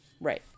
right